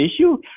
issue